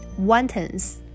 wontons